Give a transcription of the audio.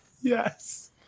Yes